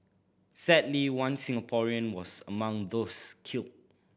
sadly one Singaporean was among those killed